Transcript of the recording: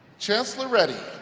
chancellor reddy,